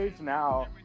now